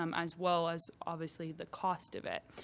um as well as, obviously, the cost of it.